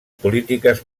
polítiques